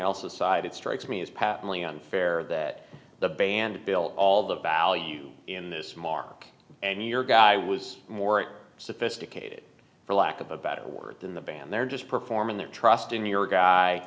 else aside it strikes me as patently unfair that the band built all the value in this mark and your guy was more sophisticated for lack of a better word than the band they're just performing their trust in your guy